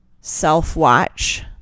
self-watch